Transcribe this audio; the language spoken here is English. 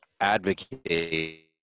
advocate